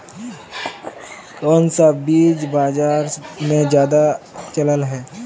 कोन सा बीज बाजार में ज्यादा चलल है?